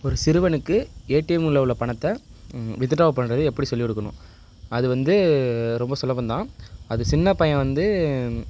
ஒரு சிறுவனுக்கு ஏடிஎம்மில் உள்ள பணத்தை வித்ட்ரா பண்றது எப்படி சொல்லி கொடுக்கணும் அது வந்து ரொம்ப சுலபந்தான் அது சின்ன பையன் வந்து